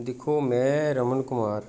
दिक्खो में रमन कुमार